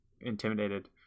intimidated